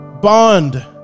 bond